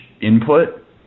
input